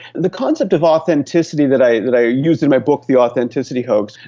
the concept of authenticity that i that i use in my book the authenticity hoax,